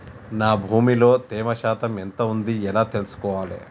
నా భూమి లో తేమ శాతం ఎంత ఉంది ఎలా తెలుసుకోవాలే?